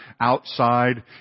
outside